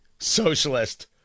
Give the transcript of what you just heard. socialist